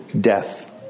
death